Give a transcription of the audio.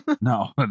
No